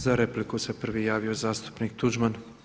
Za repliku se prvi javio zastupnik Tuđman.